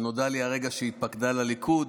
שנודע לי הרגע שהתפקדה לליכוד,